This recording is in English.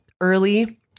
early